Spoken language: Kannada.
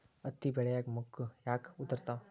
ಹತ್ತಿ ಬೆಳಿಯಾಗ ಮೊಗ್ಗು ಯಾಕ್ ಉದುರುತಾವ್?